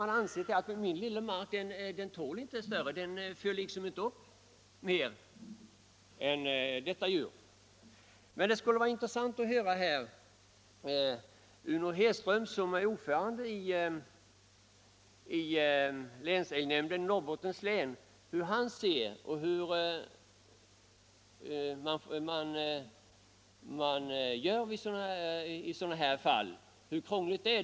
Man har ansett att det egna lilla markområdet så att säga inte föder upp mer än detta djur. Men det skulle vara intressant att höra vad Uno Hedström, som är ordförande i länsälgnämnden i Norrbottens län, anser om hur krångligt det är.